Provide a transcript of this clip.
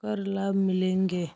कर लाभ मिलेंगे?